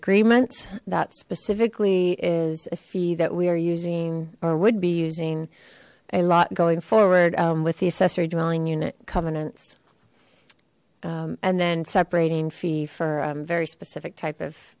agreements that specifically is a fee that we are using or would be using a lot going forward with the accessory dwelling unit covenants and then separating fee for a very specific type of